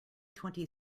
twenty